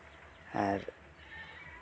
ᱟᱨ